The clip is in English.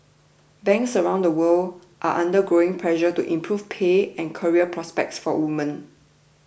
banks around the world are under growing pressure to improve pay and career prospects for women